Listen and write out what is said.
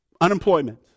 unemployment